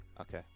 Okay